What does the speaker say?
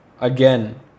again